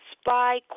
Spy